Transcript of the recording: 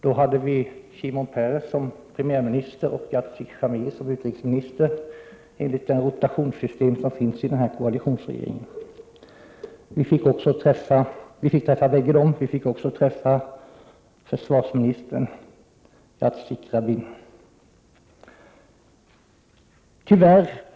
Shimon Peres var då premiärminister och Yitzhak Shamir var utrikesminister, enligt det rotationssystem som finns i denna koalitionsregering. Vi fick träffa båda dessa ministrar. Vi fick också träffa försvarsministern Yitzhak Rabin.